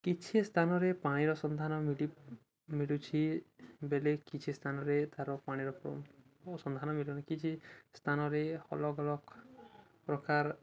କିଛି ସ୍ଥାନରେ ପାଣିର ସନ୍ଧାନ ମିଳୁଛି ବେଳେ କିଛି ସ୍ଥାନରେ ତା'ର ପାଣିର ସନ୍ଧାନ ମିଳୁନି କିଛି ସ୍ଥାନରେ ଅଲଗା ଅଲଗା ପ୍ରକାର